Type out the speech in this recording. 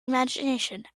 imagination